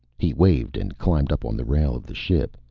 he waved and climbed up on the rail of the ship,